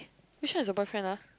which one is your boyfriend ah